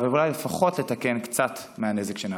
ואולי לפחות לתקן קצת את הנזק שנעשה.